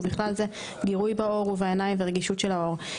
ובכלל זה גירוי בעור ובעיניים ורגישות של העור,